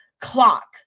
clock